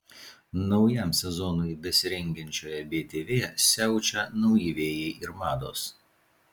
naujam sezonui besirengiančioje btv siaučia nauji vėjai ir mados